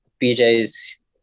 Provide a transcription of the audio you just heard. BJ's